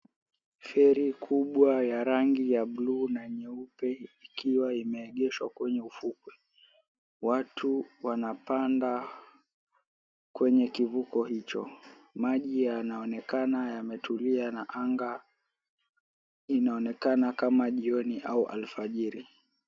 Feri kubwa ya rangi ya bluu na nyeupe ikiwa imeegeshwa kwenye ufukwe. Watu wanapanda kwenye kivuko hicho. Maji yanaonekana yametulia, na anga inaonekana kama jioni au alfajiri.